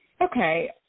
Okay